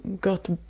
got